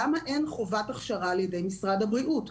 למה אין חובת הכשרה על ידי משרד הבריאות?